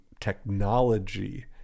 technology